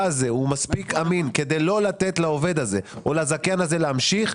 הזה הוא מספיק אמין כדי לא לתת לעובד הזה או לזכיין הזה להמשיך,